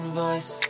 voice